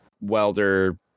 Welder